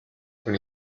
con